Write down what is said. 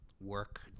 work